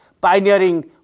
pioneering